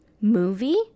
movie